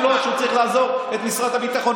לו שהוא צריך לעזוב את משרד הביטחון.